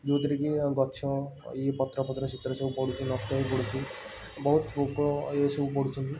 ଯେଉଁଥିରେକି ଗଛ ଇଏ ପତ୍ର ଫତ୍ର ସେଥିରେ ସବୁ ପଡ଼ୁଛି ନଷ୍ଟ ହେଇକି ପଡ଼ୁଛି ବହୁତ ପୋକ ଏସବୁ ପଡ଼ୁଛନ୍ତି